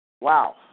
Wow